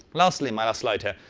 lastly, my slide here,